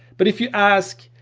but if you ask,